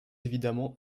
évidemment